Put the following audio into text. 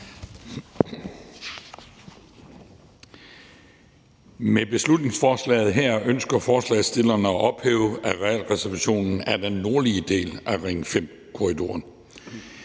Med beslutningsforslaget her ønsker forslagsstillerne at ophæve arealreservationen af den nordlige del af Ring 5-korridoren.